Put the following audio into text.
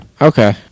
Okay